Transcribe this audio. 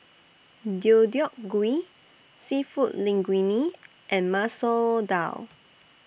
Deodeok Gui Seafood Linguine and Masoor Dal